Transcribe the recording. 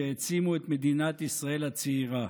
שהעצימו את מדינת ישראל הצעירה.